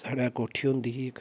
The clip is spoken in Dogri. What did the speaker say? साढ़ै कोठी होंदी ही इक